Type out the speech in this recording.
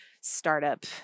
startup